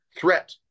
threat